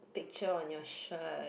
picture on your shirt